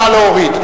נא להוריד.